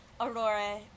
Aurora